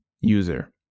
user